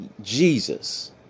Jesus